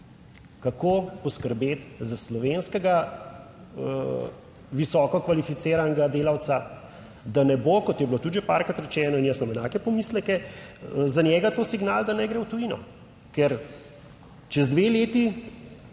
Kako poskrbeti za slovenskega visoko kvalificiranega delavca, da ne bo, kot je bilo tudi že parkrat rečeno in jaz imam enake pomisleke za njega to signal, da naj gre v tujino, ker čez dve leti